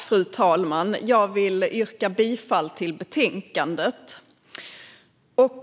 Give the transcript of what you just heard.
Fru talman! Jag yrkar bifall till förslaget.